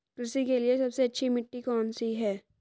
कृषि के लिए सबसे अच्छी मिट्टी कौन सी है?